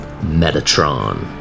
metatron